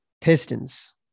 Pistons